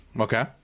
Okay